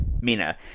Mina